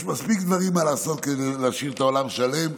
יש מספיק דברים לעשות כדי להשאיר את העולם שלם.